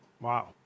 Wow